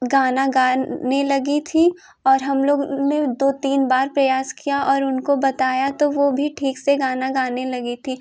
गाना गाने लगी थी और हम लोग ने दो तीन बार प्रयास किया और उनको बताया तो वो भी ठीक से गाना गाने लगीं थीं